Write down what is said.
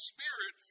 Spirit